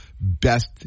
best